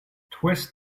twist